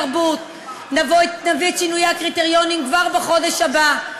נביא את שינויי הקריטריונים כבר בחודש הבא,